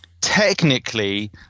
technically